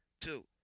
two